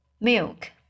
milk